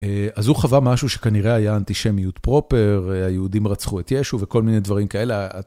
אז הוא חווה משהו שכנראה היה אנטישמיות פרופר, היהודים רצחו את ישו וכל מיני דברים כאלה.